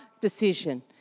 decision